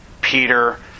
Peter